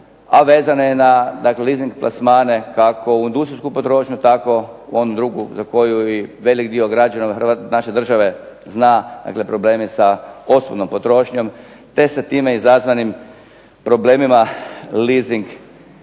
a vezan je na, dakle leasing plasmane kako u industrijsku potrošnju tako i u onu drugu za koju i velik dio građana naše države zna, dakle problem sa osobnom potrošnjom te sa time izazvanim problemima leasing kuća